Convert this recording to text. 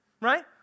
right